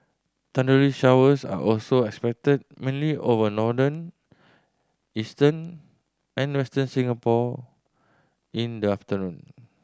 thundery showers are also expected mainly over northern eastern and Western Singapore in the afternoon